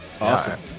Awesome